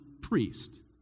priest